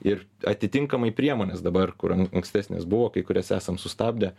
ir atitinkamai priemonės dabar kur ankstesnės buvo kai kurias esam sustabdę